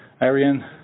Arian